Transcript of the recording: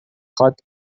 خواد